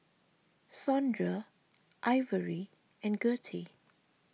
Saundra Ivory and Gertie